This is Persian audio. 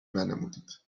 ننمودید